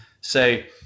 say